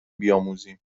بیاموزیم